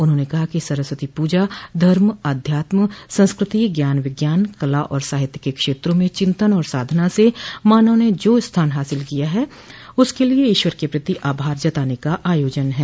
उन्होंने कहा कि सरस्वती पूजा धर्म अध्यात्म संस्कृति ज्ञान विज्ञान कला और साहित्य के क्षेत्रा में चिंतन और साधना से मानव ने जो स्थान हासिल किया है उसके लिये ईश्वर के प्रति आभार जताने का आयोजन है